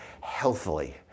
healthily